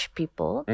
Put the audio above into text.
people